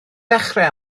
dechrau